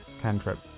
cantrip